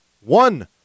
one